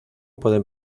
pueden